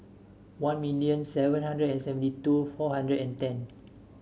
one million seven hundred and seventy two four hundred and ten